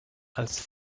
als